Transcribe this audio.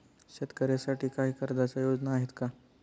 शेतकऱ्यांसाठी काही कर्जाच्या योजना आहेत का?